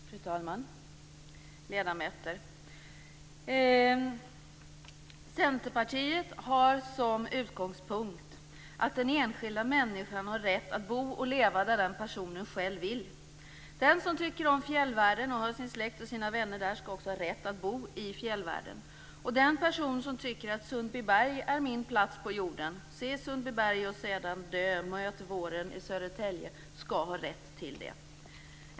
Fru talman! Ledamöter! Centerpartiet har som utgångspunkt att den enskilda människan har rätt att bo och leva där den personen själv vill. Den som tycker om fjällvärlden och har sin släkt och sina vänner där skall också ha rätt att bo i fjällvärlden. Den person som tycker att Sundbyberg är hans plats på jorden - se Sundbyberg och sedan dö, möt våren i Södertälje - skall ha rätt till det.